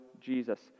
Jesus